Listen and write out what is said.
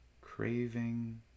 craving